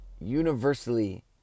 universally